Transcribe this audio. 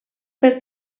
per